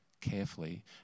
carefully